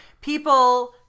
people